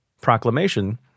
proclamation